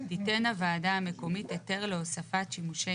תיתן הוועדה המקומית היתר להוספת שימושי